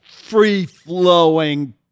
free-flowing